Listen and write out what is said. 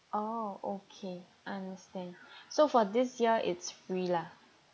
oh okay understand so for this year it's free lah